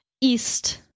east